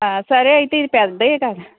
సరే అయితే ఇవి పెద్దవి కదా